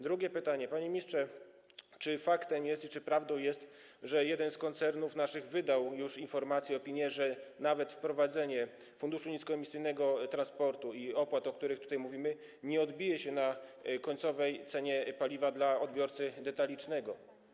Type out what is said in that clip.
Drugie pytanie, panie ministrze: Czy faktem, czy prawdą jest, że jeden z naszych koncernów wydał już informację, opinię, że nawet wprowadzenie Funduszu Niskoemisyjnego Transportu i opłat, o których tutaj mówimy, nie odbije się na końcowej cenie paliwa dla odbiorcy detalicznego?